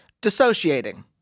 dissociating